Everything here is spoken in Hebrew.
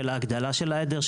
של ההגדלה של העדר,